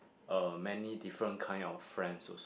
uh many different kind of friends also